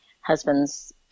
husband's